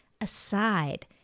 aside